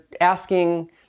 asking